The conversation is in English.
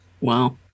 Wow